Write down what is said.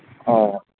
ఆ